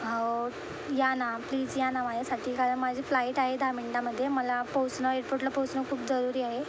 अहो या ना प्लीज या ना माझ्यासाठी कारण माझी फ्लाइट आहे दहा मिनटामध्ये मला पोहोचणं एअरपोर्टला पोहोचणं खूप जरुरी आहे